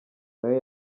nayo